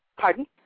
pardon